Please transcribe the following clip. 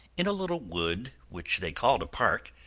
in a little wood which they called a park,